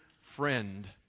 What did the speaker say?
friend